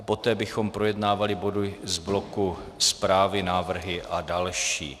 Poté bychom projednávali body z bloku zprávy, návrhy a další.